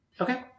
Okay